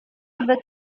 wird